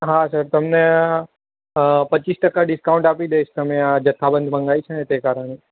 હા સર તમને પચ્ચીસ ટકા ડિસ્કાઉટ આપી દઈશ તમે આ જથ્થાબંધ મંગાયું છે ને તે કારણે